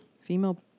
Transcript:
female